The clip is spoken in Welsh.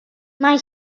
mae